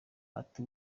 ati